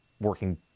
working